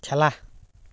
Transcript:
খেলা